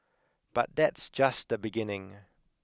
but that's just the beginning